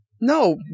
No